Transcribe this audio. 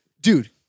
Dude